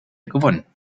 gewonnen